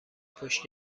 پشت